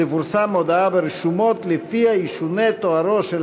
תפורסם הודעה ברשומות ולפיה ישונה תוארו של